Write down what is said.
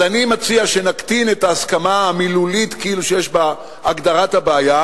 אז אני מציע שנקטין את ההסכמה המילולית שכאילו יש בהגדרת הבעיה